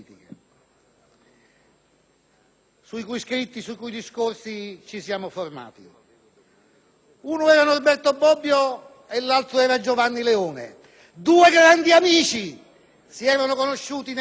sui cui scritti e discorsi ci siamo formati: uno era Norberto Bobbio e l'altro Giovanni Leone, due grandi amici. Si erano conosciuti nel 1935